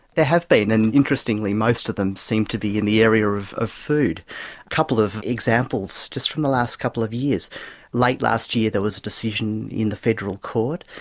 there have been, and interestingly, most of them seem to be in the area of of food. a couple of examples just from the last couple of years late last year there was a decision in the federal court.